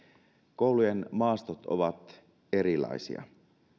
koulujen maastot ovat erilaisia